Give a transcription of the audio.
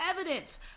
evidence